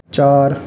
چار